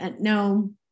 no